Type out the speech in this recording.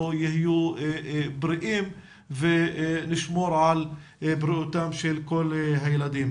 יהיו בריאים ונשמור על בריאותם של כל הילדים.